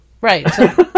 Right